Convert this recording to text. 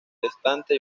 protestante